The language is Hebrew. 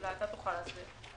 אולי אתה תוכל להסביר.